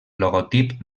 logotip